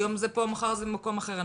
היום זה פה, מחר זה במקום אחר.